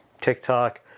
TikTok